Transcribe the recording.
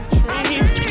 dreams